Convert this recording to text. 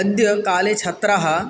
अद्यकाले छात्राः